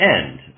end